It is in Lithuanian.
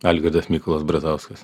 algirdas mykolas brazauskas